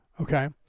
okay